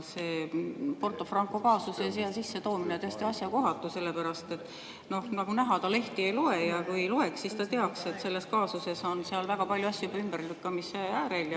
See Porto Franco kaasuse siia sissetoomine on täiesti asjakohatu, sellepärast et nagu näha, ta lehti ei loe. Kui loeks, siis ta teaks, et selles kaasuses on väga palju asju juba ümberlükkamise äärel